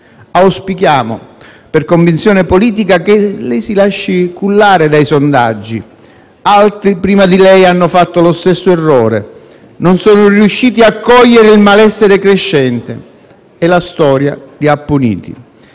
Auspichiamo, per convinzione politica, che lei non si lasci cullare dai sondaggi. Altri, prima di lei, hanno fatto lo stesso errore. Non sono riusciti a cogliere il malessere crescente e la storia li ha puniti.